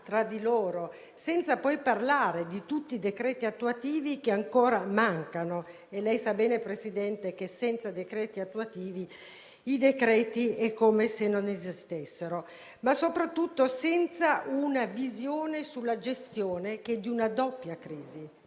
tra di loro, senza parlare di tutti i decreti attuativi che ancora mancano e lei sa bene, Presidente, che senza decreti attuativi, i provvedimenti è come se non esistessero. Soprattutto non vediamo una visione della gestione della doppia crisi,